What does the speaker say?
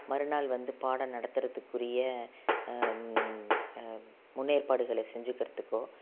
மறுநாள் வந்து பாடம் நடத்துறதுக்குரிய முன்னேற்பாடுகளை செஞ்சுக்கறதுக்கோ